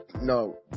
No